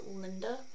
Linda